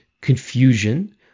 confusion